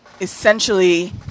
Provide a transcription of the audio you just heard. essentially